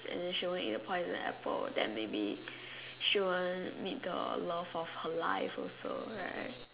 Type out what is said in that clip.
and than she wont eat the poison apple than maybe she won't meet the love of her life also correct